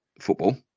football